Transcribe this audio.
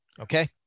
okay